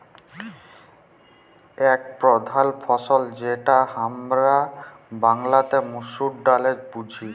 এক প্রধাল ফসল যেটা হামরা বাংলাতে মসুর ডালে বুঝি